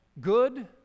good